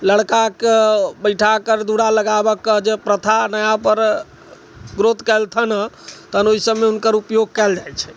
लड़का के बैठा कर दुरा लगाबऽ के प्रथा जे नया पर ग्रोथ केलनि हँ तहन ओहि सबमे एकर उपयोग कयल जाइ छै